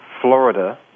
Florida